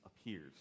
appears